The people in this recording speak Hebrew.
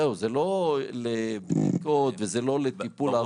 זהו, זה לא לבדיקות וזה לא לטיפול ארוך.